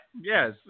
yes